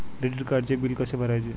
Credit कार्डचे bill कसे भरायचे?